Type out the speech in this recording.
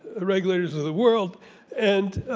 regulators of the world and